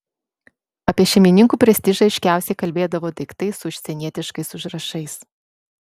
apie šeimininkų prestižą aiškiausiai kalbėdavo daiktai su užsienietiškais užrašais